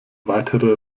weitere